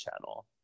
channel